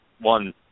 one –